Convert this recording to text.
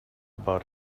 about